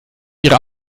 ihre